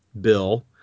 Bill